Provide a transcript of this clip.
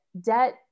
debt